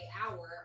hour